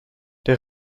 der